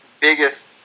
biggest